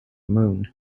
moon